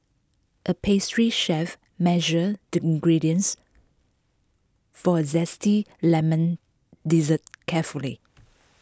A pastry chef measured the ingredients for A Zesty Lemon Dessert carefully